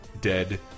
Dead